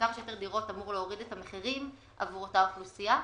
כמה שיותר דירות אמור להוריד את המחירים עבור אותה אוכלוסייה.